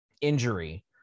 injury